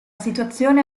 situazione